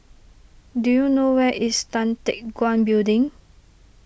do you know where is Tan Teck Guan Building